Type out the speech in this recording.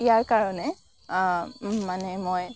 ইয়াৰ কাৰণে মানে মই